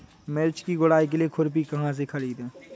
मिर्च की गुड़ाई के लिए खुरपी कहाँ से ख़रीदे?